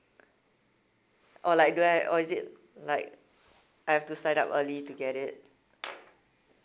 or like do I or is it like I have to sign up early to get it